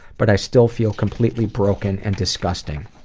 but i still feel completely broken and disgusting.